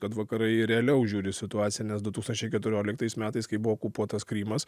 kad vakarai realiau žiūri į situaciją nes du tūkstančiai keturioliktais metais kai buvo okupuotas krymas